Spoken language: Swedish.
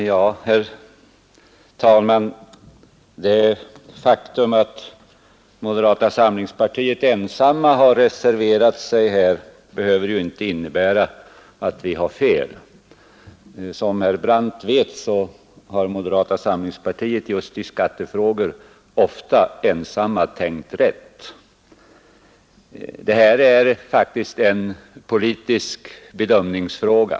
Herr talman! Det faktum att enbart ledamöter från moderata samlingspartiet reserverat sig behöver ju inte innebära att de har fel. Som herr Brandt vet har ledamöter från moderata samlingspartiet i skattefrågor ofta ensamma tänkt rätt. Det rör sig här faktiskt om en politisk bedömningsfråga.